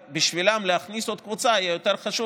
ובשבילם להכניס עוד קבוצה היה יותר חשוב,